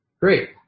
Great